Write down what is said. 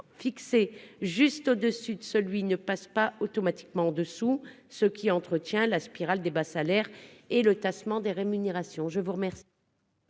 fixés juste au-dessus du SMIC ne passent pas automatiquement en dessous, entretenant ainsi la spirale des bas salaires et le tassement des rémunérations.